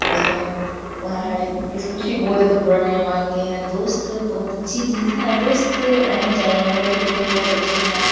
اس میں وہاں ہر اک کچھ بھی بول دو تو برا نہیں مانتے ہیں دوست بہت اچھی چیز ہے دوست رہنی چاہیے ہم لوگوں کی دوست بہت اچھے ہیں